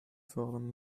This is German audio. fordern